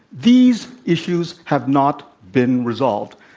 these issues have not been resolved.